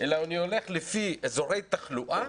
אלא אני הולך לפי אזורי תחלואה,